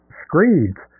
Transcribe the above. screeds